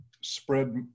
spread